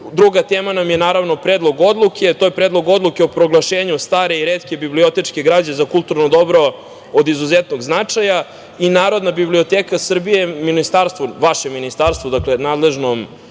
tema nam je naravno Predlog odluke. To je predlog odluke o proglašenju stare i retke bibiliotečke građe za kulturno dobro od izuzetnog značaja i Narodna biblioteka Srbije, vaše ministarstvo, nadležnom